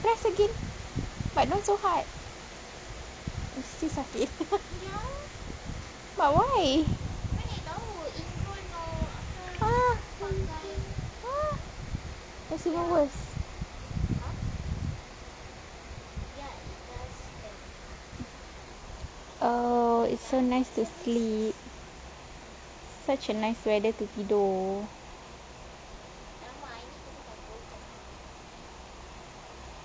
press again but not so hard it's still sakit but why !huh! that's even worse oh it's so nice to sleep such a nice weather to tidur